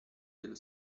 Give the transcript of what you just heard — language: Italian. dello